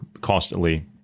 constantly